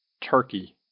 turkey